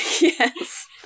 Yes